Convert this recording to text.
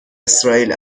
اسرائیل